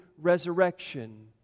resurrection